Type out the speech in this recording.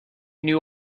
knew